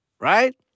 Right